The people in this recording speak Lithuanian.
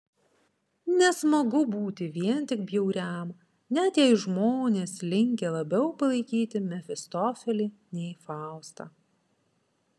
nesmagu būti vien tik bjauriam net jei žmonės linkę labiau palaikyti mefistofelį nei faustą